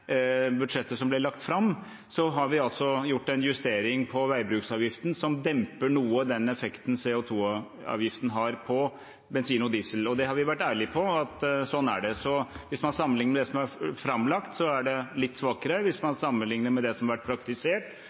budsjettet som ble lagt fram, har vi gjort en justering av veibruksavgiften som demper noe den effekten CO 2 -avgiften har på bensin og diesel. Vi har vært ærlig på at sånn er det. Hvis man sammenlikner med det som er framlagt, er det litt svakere. Hvis man sammenlikner med det som har vært praktisert,